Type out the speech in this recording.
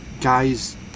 guys